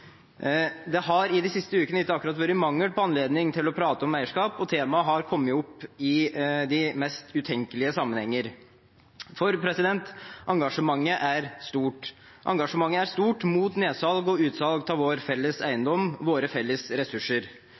Det har de siste ukene ikke akkurat vært mangel på anledninger til å prate om eierskap, og temaet har kommet opp i de mest utenkelige sammenhenger, for engasjementet er stort. Engasjementet er stort mot nedsalg og utsalg av vår felles eiendom, våre felles ressurser.